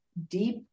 deep